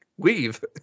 weave